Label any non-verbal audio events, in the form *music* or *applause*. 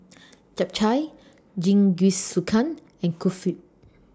*noise* Japchae Jingisukan and Kulfi